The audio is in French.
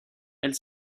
elle